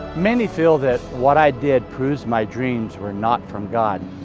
many feel that what i did proves my dreams were not from god.